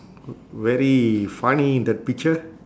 v~ very funny in that picture